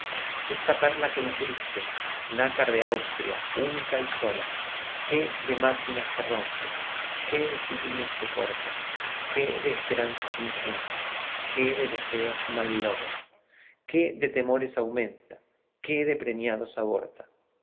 esta perla que nos diste nácar de austria única y sola qué de máquinas que rompe qué disignios que corta qué de esperanzas que infunde qué de deseos mal logra qué de temores aumenta qué de preñados aborta